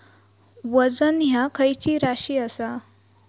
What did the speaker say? वजन ह्या खैची राशी असा?